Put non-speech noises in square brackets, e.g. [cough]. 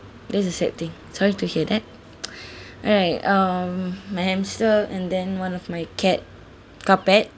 that's a sad thing sorry to hear that [noise] alright um my hamster and then one of my cat carpet